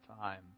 time